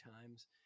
times